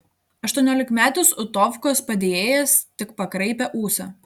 aštuoniolikmetis utovkos padėjėjas tik pakraipė ūsą